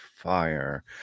fire